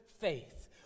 faith